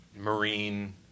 marine